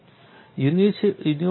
composite આવું દેખાય છે